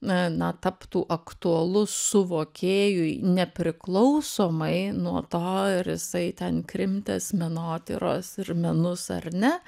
na taptų aktualus suvokėjui nepriklausomai nuo to ar jisai ten krimtęs menotyros ir menus ar ne